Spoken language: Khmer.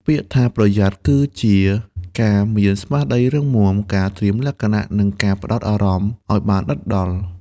ពាក្យថា «ប្រយ័ត្ន» គឺជាការមានស្មារតីរឹងមាំ ការត្រៀមលក្ខណៈ និងការផ្ដោតអារម្មណ៍ឱ្យបានដិតដល់។